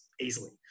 easily